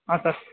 ಹಾಂ ಸರ್